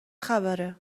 خبره